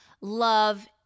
love